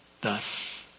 Thus